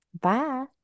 bye